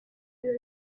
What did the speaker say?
you